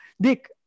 Dick